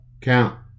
Count